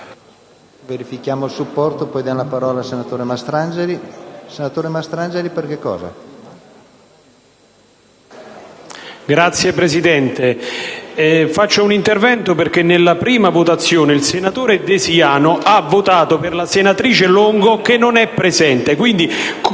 Signor Presidente, svolgo un breve intervento perché nella prima votazione il senatore De Siano ha votato per la senatrice Longo, che non è presente.